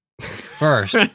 First